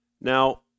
Now